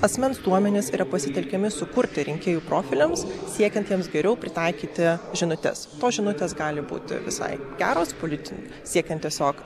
asmens duomenys yra pasitelkiami sukurti rinkėjų profiliams siekiantiems geriau pritaikyti žinutes o žinutės gali būti visai geros politiniu siekiant tiesiog